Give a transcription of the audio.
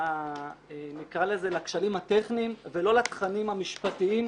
נקרא לזה לכשלים הטכניים ולא לתכנים המשפטיים,